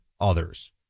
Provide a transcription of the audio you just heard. others